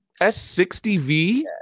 S60V